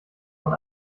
von